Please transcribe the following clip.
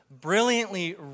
brilliantly